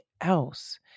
else